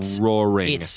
roaring